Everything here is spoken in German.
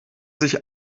sich